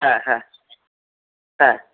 হ্যাঁ হ্যাঁ হ্যাঁ